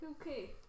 okay